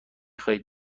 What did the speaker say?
خواهید